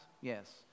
Yes